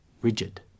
rigid